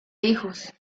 hijos